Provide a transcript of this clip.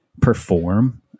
perform